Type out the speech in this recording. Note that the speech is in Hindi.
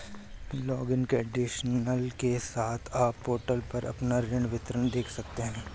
लॉगिन क्रेडेंशियल के साथ, आप पोर्टल पर अपना ऋण विवरण देख सकते हैं